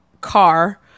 car